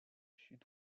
sud